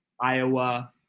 Iowa